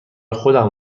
خودم